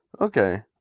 Okay